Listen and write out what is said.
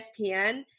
ESPN